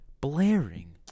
blaring